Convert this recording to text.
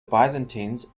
byzantines